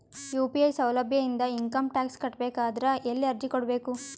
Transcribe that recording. UPI ಸೌಲಭ್ಯ ಇಂದ income tax ಕಟ್ಟಬೇಕಾದರ ಎಲ್ಲಿ ಅರ್ಜಿ ಕೊಡಬೇಕು?